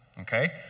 Okay